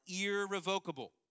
irrevocable